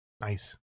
Nice